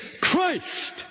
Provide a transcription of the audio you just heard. Christ